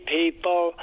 people